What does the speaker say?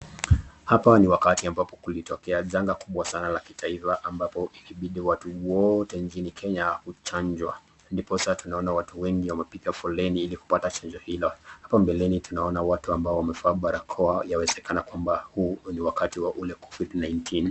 Hapa ni wakati ambapo kulitokea janga kubwa sana la kitaifa ambayo ilibidi wanachi wote nchini Kenya kuchanjwa ndiposa tunaona watu wengi wamepiga foleni ili kupata chanjo hilo. Mbeleni tunaona watu walio vaa barakoa inaonekana huu ni wakati wa ile Covid 19 .